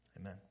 amen